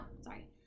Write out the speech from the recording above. sorry